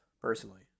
personally